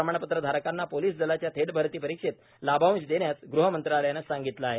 प्रमाणपत्र धारकांना पोलिसदलांच्या थेट भरती परीक्षेत लाभांश देण्यास गृह मंत्रालयाने सांगितले आहे